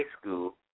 school